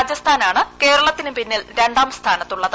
രാജസ്ഥാനാണ് കേരളത്തിന് പിന്നിൽ രണ്ടാം സ്ഥാനത്തുള്ളത്